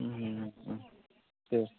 दे